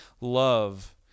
love